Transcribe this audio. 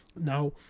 now